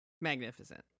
magnificent